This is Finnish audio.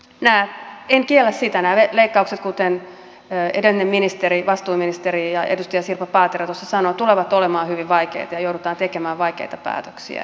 mutta en kiellä sitä kuten edellinen vastuuministeri edustaja sirpa paatero tuossa sanoi että nämä leikkaukset tulevat olemaan hyvin vaikeita ja joudutaan tekemään vaikeita päätöksiä